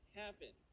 happen